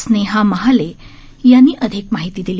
स्नेहा महाले यांनी अधिक माहिती दिली